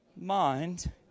mind